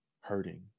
hurting